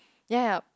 ya ya yup